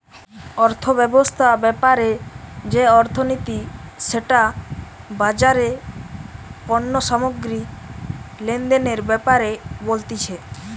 অর্থব্যবস্থা ব্যাপারে যে অর্থনীতি সেটা বাজারে পণ্য সামগ্রী লেনদেনের ব্যাপারে বলতিছে